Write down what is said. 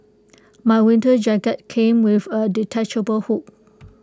my winter jacket came with A detachable hood